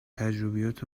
تجربیات